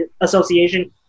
Association